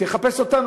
תחפש אותנו,